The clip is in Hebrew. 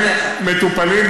הדברים מטופלים,